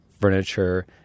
furniture